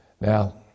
Now